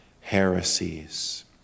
heresies